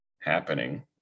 happening